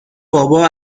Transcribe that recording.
بابا